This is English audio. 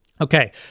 Okay